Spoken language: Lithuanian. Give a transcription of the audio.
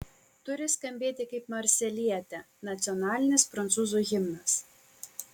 turi skambėti kaip marselietė nacionalinis prancūzų himnas